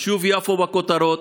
שוב יפו בכותרות,